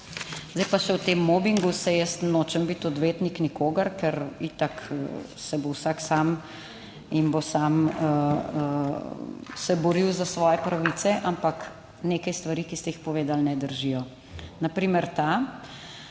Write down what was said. Zdaj pa še o tem mobingu. Saj jaz nočem biti odvetnik nikogar, ker itak se bo vsak sam in bo sam se boril za svoje pravice, ampak, nekaj stvari, ki ste jih povedali, ne držijo. Na primer ta,